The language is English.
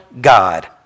God